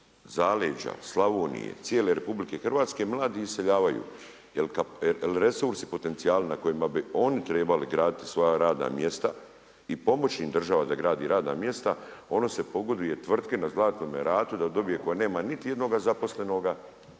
zaleđa, Slavonije cijele RH mladi iseljavaju jel resursi i potencijali na kojima bi oni trebali graditi svoja radna mjesta i pomoć im država da gradi radna mjesta ono se pogoduje tvrtki na Zlatnome ratu da dobije koja nema niti jednoga zaposlenoga